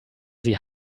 sie